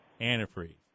antifreeze